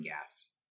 gas